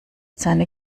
seine